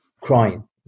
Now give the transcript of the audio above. crying